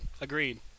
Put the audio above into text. agreed